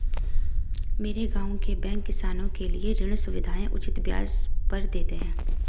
मेरे गांव के बैंक किसानों के लिए ऋण सुविधाएं उचित ब्याज पर देते हैं